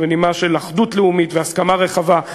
בנימה של אחדות לאומית והסכמה רחבה,